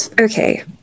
Okay